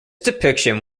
depiction